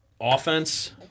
offense